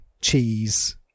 cheese